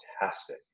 fantastic